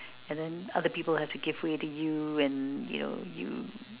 and then other people have to give way to you and you know you